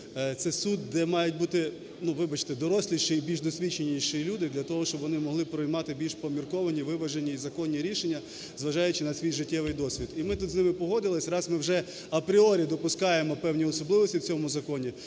це суд, де мають бути, вибачте, доросліші і більш досвідченіші люди для того, щоб вони могли приймати більш помірковані, виважені і законні рішення, зважаючи на свій життєвий досвід. І ми тут з ними погодились, раз ми вже апріорі допускаємо певні особливості в цьому законі,